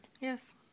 Yes